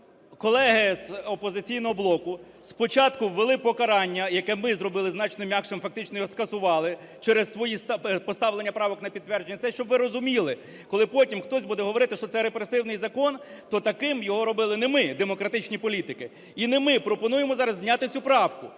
Отже, колеги з "Опозиційного блоку" спочатку ввели покарання, яке ми зробили значно м'якшим, фактично його скасували через свої поставлення правок на підтвердження. Це, щоб ви розуміли, коли потім хтось буде говорити, що це репресивний закон, то таким його робили не ми, демократичні політики, і не ми пропонуємо зараз зняти цю правку.